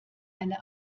eine